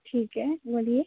ठीक है बोलिए